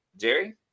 Jerry